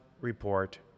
report